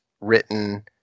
written